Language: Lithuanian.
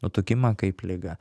nutukimą kaip ligą